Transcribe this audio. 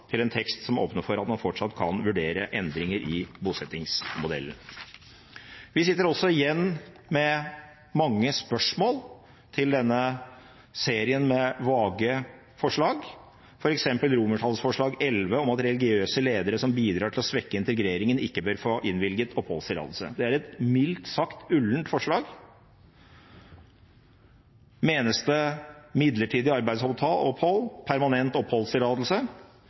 til en tekst som åpner for at man fortsatt kan vurdere endringer i bosettingsmodellen. Vi sitter også igjen med mange spørsmål til denne serien med vage forslag, f.eks. XI om at religiøse ledere som bidrar til å svekke integreringen, ikke bør få innvilget oppholdstillatelse. Det er et mildt sagt ullent forslag. Menes det midlertidig arbeidsopphold eller permanent oppholdstillatelse,